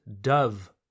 dove